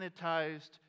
sanitized